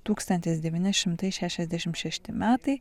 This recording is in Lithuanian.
tūkstantis devyni šimtai šešiasdešim šešti metai